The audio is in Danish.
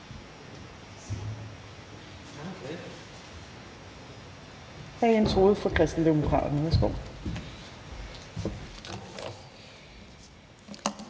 Tak